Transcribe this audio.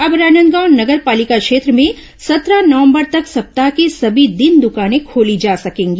अब राजनांदगांव नगर पालिक क्षेत्र में सत्रह नवंबर तक सप्ताह के सभी दिन दुकानें खोली जा सकेंगी